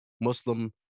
Muslim